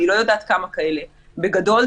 אני לא יודעת כמה כאלה בגדול,